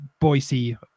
Boise